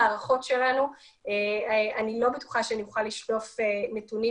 פשוט מבחינת היכרותי עם המערכות שלנו שאני אוכל לשלוף נתונים